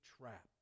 trap